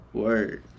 word